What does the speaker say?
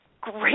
great